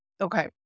Okay